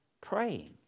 praying